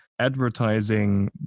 advertising